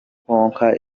konka